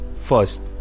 first